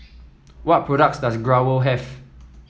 what products does Growell have